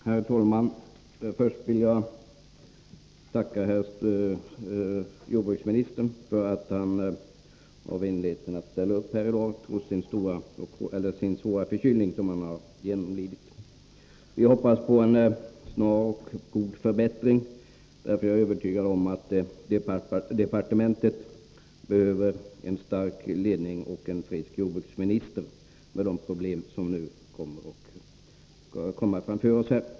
Herr talman! Först vill jag tacka jordbruksministern för att han har vänligheten att ställa upp här i dag trots den svåra förkylning som han har genomlidit. Vi hoppas på en snar och god förbättring. Jag är övertygad om att departementet behöver en stark ledning och en frisk jordbruksminister mot bakgrund av de problem som vi har framför oss.